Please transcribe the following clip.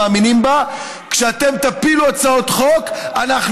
מאמינים בה: כשאתם תפילו הצעות חוק אנחנו